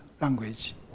language